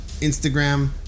Instagram